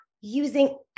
using